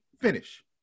finish